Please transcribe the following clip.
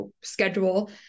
schedule